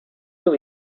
był